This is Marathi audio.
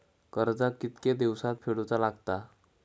कर्ज कितके दिवसात फेडूचा लागता?